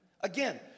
Again